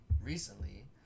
Recently